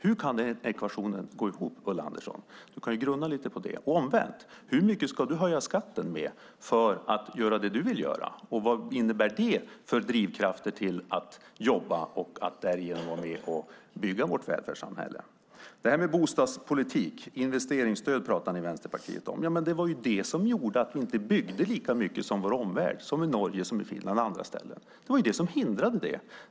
Hur kan den ekvationen gå ihop, Ulla Andersson? Du kan grunna lite på det. Omvänt: Hur mycket ska du höja skatten för att göra det du vill göra, och vad innebär det för drivkraften att jobba och att därigenom vara med och bygga vårt välfärdssamhälle? Vad gäller bostadspolitik pratar ni i Vänsterpartiet om investeringsstöd. Men det var ju det som gjorde att ni inte byggde lika mycket som vår omvärld, till exempel Norge och Finland och andra ställen. Det var det som hindrade det.